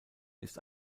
ist